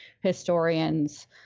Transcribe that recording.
historians